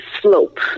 slope